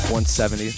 170